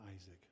Isaac